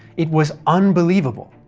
it was unbelievable.